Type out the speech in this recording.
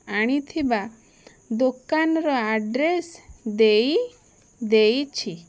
ଆଣିଥିବା ଦୋକାନର ଆଡ଼୍ରେସ୍ ଦେଇଦେଇଛି